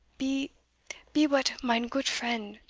be be but, mine goot friend,